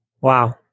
wow